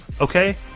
okay